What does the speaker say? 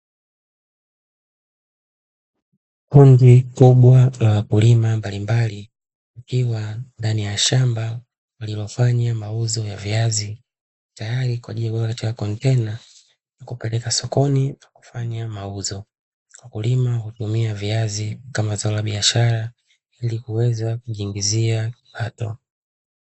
Kundi kubwa la wakulima mbalimbali wakiwa ndani ya shamba walilofanya mauzo ya viazi, tayari kwaajili ya kuweka kwenye kontena kupeleka sokoni kufanya mauzo. Wakulima hutumia viazi kama zao la biashara ili kuweza kujiingizia kipato.